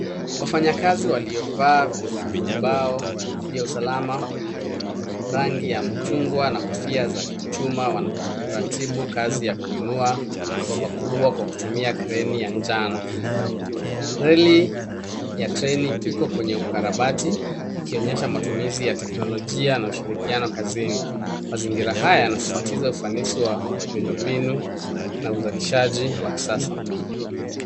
Wafanyakazi waliovaa vizibao vya usalama, rangi ya mchungwa na kofia za chuma wanakaratibu kazi ya kuinua gomba kubwa kwa kutumia kreni ya njano. Reli ya treni iko kwenye ukarabati, ikionyesha matumizi ya teknolojia na ushirikiano kazini. Mazingira haya yanasisitiza ufanisi wa miundombinu na uzalishaji wa kisasa.